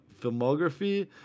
filmography